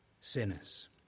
sinners